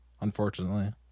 unfortunately